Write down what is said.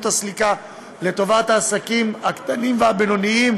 הסליקה לטובת העסקים הקטנים והבינוניים,